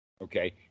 Okay